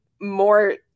more